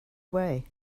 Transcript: way